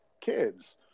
kids